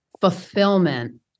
fulfillment